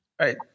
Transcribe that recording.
Right